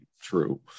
true